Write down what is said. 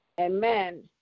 Amen